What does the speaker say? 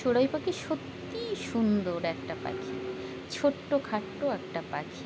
চড়াই পাখি সত্যিই সুন্দর একটা পাখি ছোট্টখাট্টো একটা পাখি